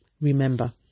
Remember